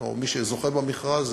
או מי שזוכה במכרז,